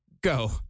go